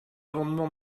amendement